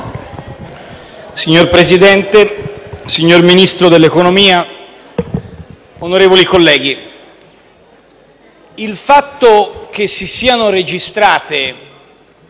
Signor Presidente, signor Ministro dell'economia, onorevoli colleghi, il fatto che si siano registrate